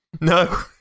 No